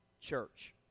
church